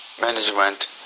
management